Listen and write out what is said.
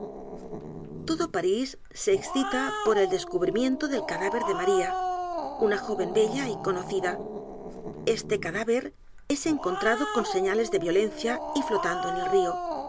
todo parís se excita por el descubrimiento del cadáver de maría una joven bella y conocida este cadáver es encontrado con señales de violencia y flotando en el río